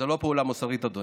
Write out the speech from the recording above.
זו לא פעולה מוסרית, אדוני,